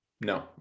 No